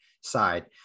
side